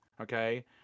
okay